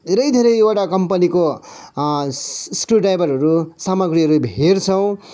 धेरै धेरैवटा कम्पनीको स्क्रुड्राइभरहरू सामाग्रीहरू भेट्छौँ